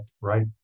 right